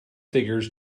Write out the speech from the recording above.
figures